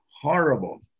horrible